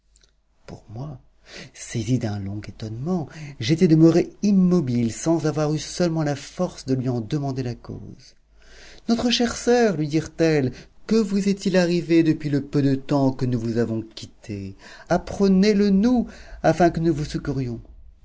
pour moi saisi d'un long étonnement j'étais demeuré immobile sans avoir eu seulement la force de lui en demander la cause notre chère soeur lui dirent-elles que vous est-il arrivé depuis le peu de temps que nous vous avons quittée apprenez le nous afin que nous vous